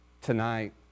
tonight